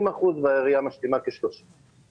אחוזים והעירייה משלימה כ-30 אחוזים.